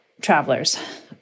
travelers